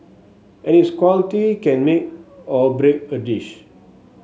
and its quality can make or break a dish